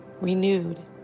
renewed